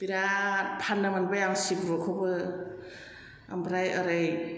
बिराद फाननो मोनबाय आं सिब्रुखौबो ओमफ्राय ओरै